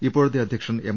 ഇപ്പോഴത്തെ അധ്യക്ഷൻ എം